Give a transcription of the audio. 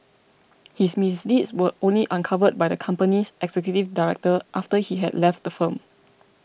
his misdeeds were only uncovered by the company's executive director after he had left the firm